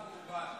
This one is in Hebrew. חורבן.